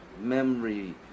memory